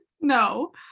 No